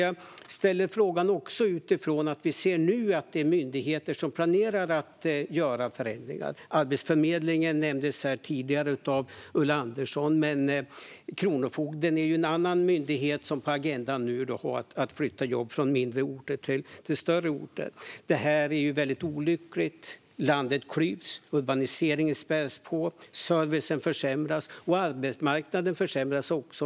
Jag ställer också frågan utifrån att vi nu ser att myndigheter planerar att göra förändringar. Arbetsförmedlingen nämndes här tidigare av Ulla Andersson. Men Kronofogden är en annan myndighet som nu har på sin agenda att flytta jobb från mindre orter till större orter. Detta är mycket olyckligt. Landet klyvs, urbaniseringen späs på, servicen försämras och arbetsmarknaden försämras också.